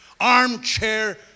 armchair